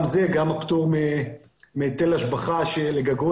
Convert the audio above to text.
גם זה וגם פטור מהיטל השבחה של גגות